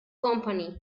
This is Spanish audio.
company